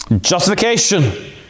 Justification